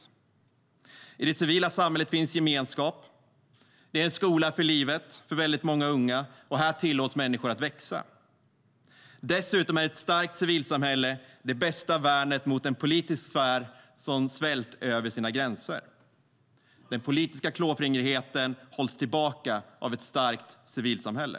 I det civila samhället finns gemenskap, det är en skola för livet för väldigt många unga och här tillåts människor att växa. Dessutom är ett starkt civilsamhälle det bästa värnet mot en politisk sfär som svällt över sina gränser. Den politiska klåfingrigheten hålls tillbaka av ett starkt civilsamhälle.